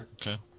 Okay